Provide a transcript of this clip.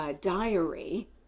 diary